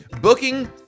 Booking